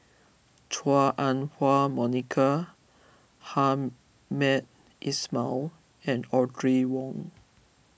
Chua Ah Huwa Monica Hamed Ismail and Audrey Wong